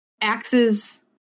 axes